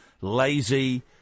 lazy